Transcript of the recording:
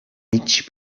mig